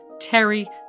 Terry